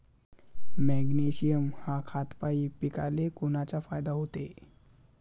Magnesium ह्या खतापायी पिकाले कोनचा फायदा होते?